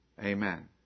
Amen